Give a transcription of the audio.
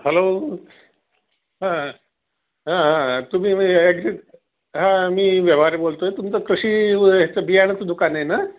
हां हॅलो हां हां हां तुम्ही म्हणजे ॲग्री हां मी व्यवहारे बोलतो आहे तुमचं कृषी ह्याचं बियाणाचं दुकान आहे ना